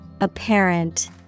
Apparent